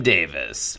Davis